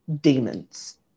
demons